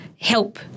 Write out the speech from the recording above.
help